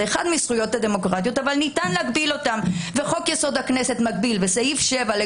זה אחת מזכויות הדמוקרטיה אבל ניתן להגביל אותה וסעיף 7 מגביל